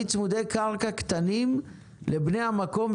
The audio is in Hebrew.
צמודי קרקע קטנים לבני המקום.